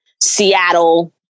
Seattle